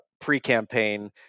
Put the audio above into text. pre-campaign